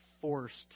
forced